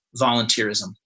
volunteerism